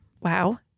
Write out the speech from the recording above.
Wow